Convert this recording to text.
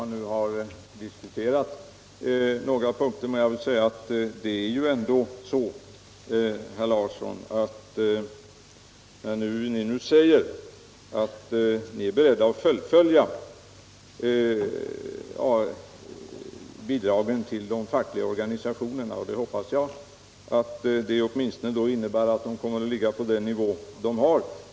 Ni säger nu, herr Larsson i Staffanstorp, att ni är beredda att fulifölja bidragen till de fackliga organisationerna — jag hoppas att det då åtminstone innebär att de kommer att ligga på den nivå de har.